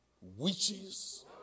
witches